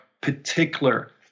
particular